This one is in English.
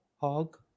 hog